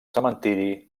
cementiri